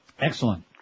Excellent